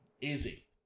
Easy